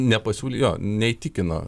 nepasiūlė jo neįtikino